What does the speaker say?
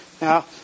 Now